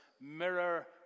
mirror